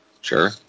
Sure